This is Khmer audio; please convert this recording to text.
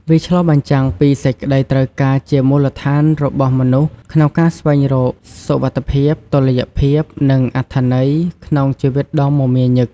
វាឆ្លុះបញ្ចាំងពី សេចក្ដីត្រូវការជាមូលដ្ឋានរបស់មនុស្សក្នុងការស្វែងរកសុវត្ថិភាព តុល្យភាព និងអត្ថន័យ ក្នុងជីវិតដ៏មមាញឹក។